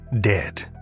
dead